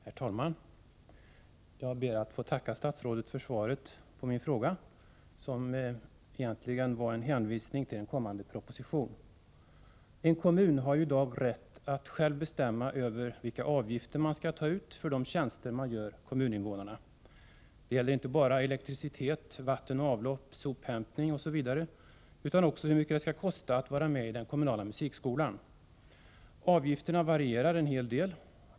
Herr talman! Jag ber att få tacka statsrådet för svaret på min fråga. Svaret var egentligen en hänvisning till en kommande proposition. En kommun har i dag rätt att själv bestämma över vilka avgifter den skall ta ut för de tjänster den gör kommuninvånarna. Det gäller inte bara elektricitet, vatten och avlopp, sophämtning osv. utan också hur mycket det skall kosta att vara med i den kommunala musikskolan. Avgifterna varierar en hel del.